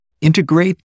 integrate